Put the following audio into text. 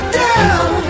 down